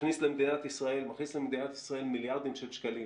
שהכניס ומכניס למדינת ישראל מיליארדים שקלים,